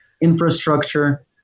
infrastructure